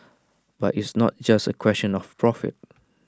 but it's not just A question of profit